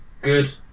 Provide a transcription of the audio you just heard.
Good